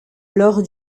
lors